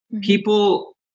people